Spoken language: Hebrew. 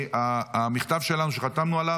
המכתב שלה, שחתמנו עליו,